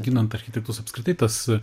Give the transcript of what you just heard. ginant architektus apskritai tas